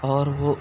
اور وہ